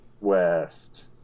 West